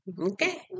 Okay